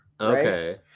Okay